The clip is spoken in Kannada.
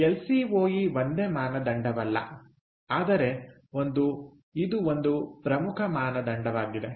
ಎಲ್ ಸಿ ಓ ಇ ಒಂದೇ ಮಾನದಂಡವಲ್ಲ ಆದರೆ ಇದು ಒಂದು ಪ್ರಮುಖ ಮಾನದಂಡವಾಗಿದೆ